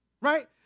right